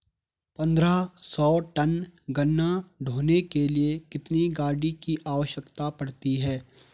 पन्द्रह सौ टन गन्ना ढोने के लिए कितनी गाड़ी की आवश्यकता पड़ती है?